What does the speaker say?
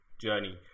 journey